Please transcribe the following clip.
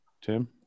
Tim